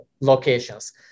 locations